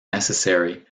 necessary